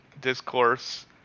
discourse